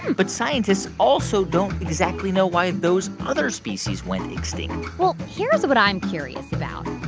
but scientists also don't exactly know why those other species went extinct well, here's what i'm curious about.